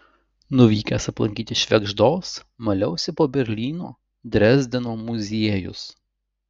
nuvykęs aplankyti švėgždos maliausi po berlyno drezdeno muziejus